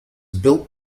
built